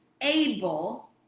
able